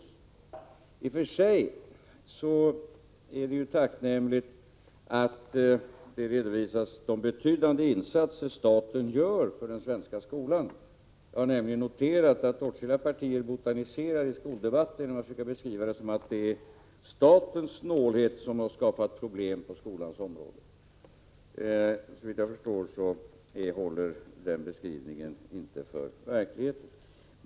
I och för sig är det tacknämligt att de betydande insatser som staten gör för den svenska skolan redovisas. Jag har nämligen noterat att åtskilliga partier botaniserar i skoldebatten genom att försöka beskriva det hela som att det är statens snålhet som har skapat problem på skolans område. Såvitt jag förstår håller den beskrivningen inte för verkligheten.